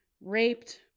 raped